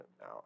now